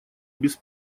без